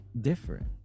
different